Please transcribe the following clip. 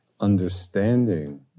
understanding